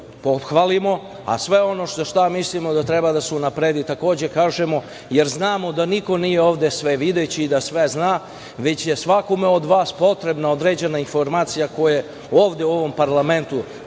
a sve ono za šta mislimo da treba da se unapredi takođe kažemo, jer znamo da niko nije ovde svevideći i da sve zna, već je svakome od vas potrebna određena informacija koju ovde u ovom parlamentu dobijate